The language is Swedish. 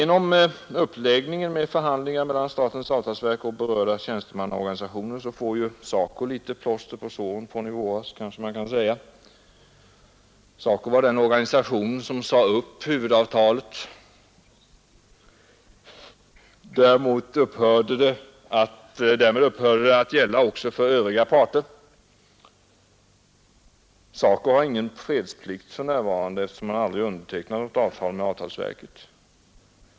Genom uppläggningen av förhandlingarna mellan statens avtalsverk och herörda tjänstemannaorganisationer kanske man kan säga att SACO får litet plåster på saren för i varas. SACO var ju den organisation som sade upp huvudavtalet, och därmed upphörde det ocksa att gälla för övriga parter. SACO har ingen fredsplikt tör närvarande. eftersom SACO aldrig undertecknade avtalet med avtalsverket.